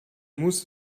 muss